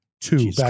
Two